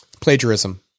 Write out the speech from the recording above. plagiarism